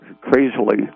crazily